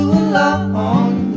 alone